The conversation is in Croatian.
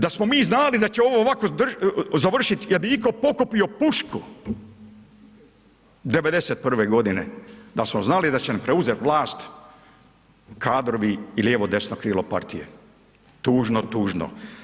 Da smo mi znali da će ovo ovako završit, jel bi iko pokupio pušku, '91.g. da smo znali da će nam preuzet vlast kadrovi i lijevo, desno krilo partije, tužno, tužno.